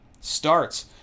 Starts